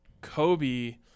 Kobe